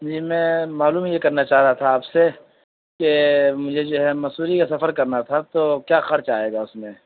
جی میں معلوم یہ کرنا چاہ رہا تھا آپ سے کہ مجھے جو ہے مسوری کا سفر کرنا تھا تو کیا خرچ آئے گا اس میں